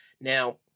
Now